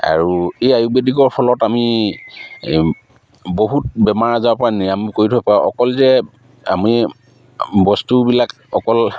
আৰু এই আয়ুৰ্বেদিকৰ ফলত আমি এই বহুত বেমাৰ আজাৰৰপৰা নিৰাময় কৰি থাকিব পাৰোঁ অকল যে আমি বস্তুবিলাক অকল